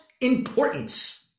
importance